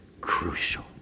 crucial